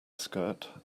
skirt